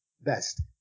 best